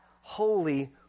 holy